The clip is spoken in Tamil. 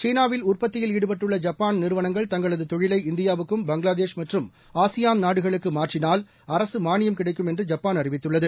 சீனாவில் உற்பத்தியில் ஈடுபட்டுள்ள ஜப்பான் நிறுவனங்கள் தங்களது தொழிலை இந்தியாவுக்கும் பங்களாதேஷ் மற்றும் ஆசியான் நாடுகளுக்கு மாற்றினால் அரசு மானியம் கிடைக்கும் என்று ஜப்பான் அறிவித்துள்ளது